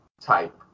type